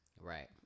Right